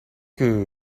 que